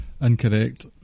Incorrect